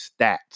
stats